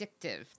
addictive